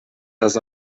das